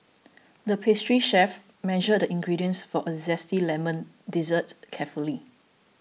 the pastry chef measured the ingredients for a Zesty Lemon Dessert carefully